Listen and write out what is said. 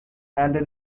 and